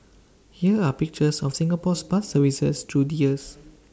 here are pictures of Singapore's bus services through the years